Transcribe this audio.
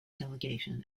delegation